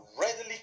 readily